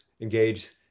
engage